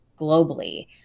globally